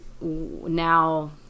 now